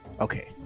okay